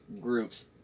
groups